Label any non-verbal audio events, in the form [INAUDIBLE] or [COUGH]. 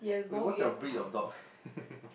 wait what's your breed of dog [LAUGHS]